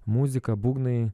muzika būgnai